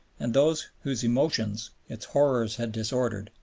and those whose emotions its horrors had disordered,